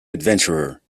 adventurer